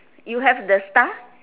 you have the star